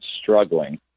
struggling